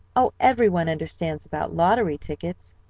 oh, every one understands about lottery tickets.